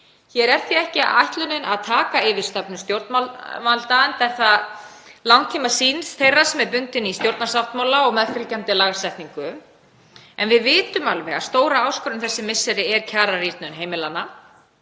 Hér er því ekki ætlunin að taka yfir stefnu stjórnvalda enda er langtímasýn þeirra bundin í stjórnarsáttmála og meðfylgjandi lagasetningu. En við vitum alveg að stóra áskorunin þessi misserin er kjararýrnun heimilanna.